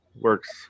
Works